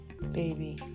baby